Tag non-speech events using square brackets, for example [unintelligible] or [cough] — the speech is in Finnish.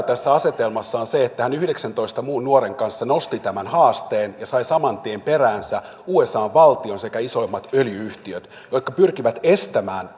[unintelligible] tässä asetelmassa on se että hän yhdeksäntoista muun nuoren kanssa nosti tämän haasteen ja sai saman tien peräänsä usan valtion sekä isoimmat öljy yhtiöt jotka pyrkivät estämään [unintelligible]